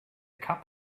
cup